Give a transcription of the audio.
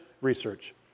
research